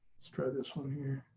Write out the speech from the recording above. let's try this one